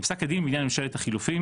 בפסק הדין בעניין ממשלת החילופין,